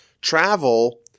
travel